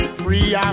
free